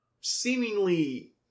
seemingly